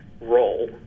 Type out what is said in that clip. role